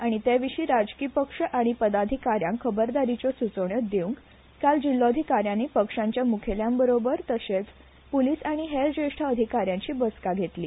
आनी ते विशी राजकी पक्ष आनी पदाधिकाऱ्यांक खबरदारीच्यो सुचोवण्यो दिवंक काल जिल्लोधिकाऱ्यानी पक्षांच्या मुखेल्याबरोबर तशेच पुलिस आनी हेर ज्येष्ठ अधिकाऱ्यांची काल बसका घेतली